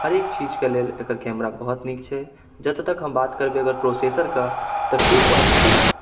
हरेक चीजके लेल एकर कैमरा बहुत नीक छै जतऽ तक हम बात करबै अगर प्रोसेसरके तऽ टू पॉइन्ट सिक्स